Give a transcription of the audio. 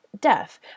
death